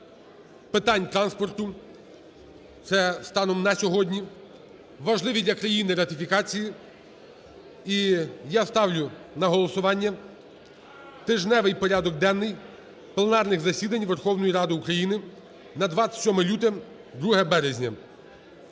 питань транспорту (це станом на сьогодні), важливі для країни ратифікації. І я ставлю на голосування тижневий порядок денний пленарних засідань Верховної Ради України на 27 лютого – 2 березня.